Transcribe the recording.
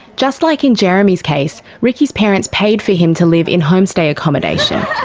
just like in jeremy's case, ricky's parents paid for him to live in homestay accommodation.